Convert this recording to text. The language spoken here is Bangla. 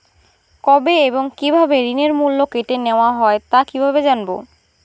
কবে এবং কিভাবে ঋণের মূল্য কেটে নেওয়া হয় তা কিভাবে জানবো?